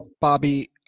Bobby